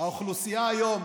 האוכלוסייה היום